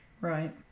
Right